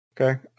Okay